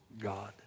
God